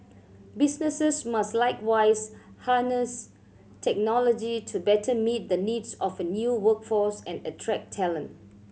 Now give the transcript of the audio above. businesses must likewise harness technology to better meet the needs of a new workforce and attract talent